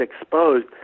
exposed